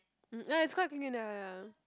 um ya it's quite clean clean ah ah ya